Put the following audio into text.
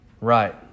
Right